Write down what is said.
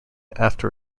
after